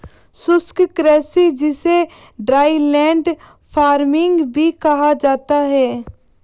शुष्क कृषि जिसे ड्राईलैंड फार्मिंग भी कहा जाता है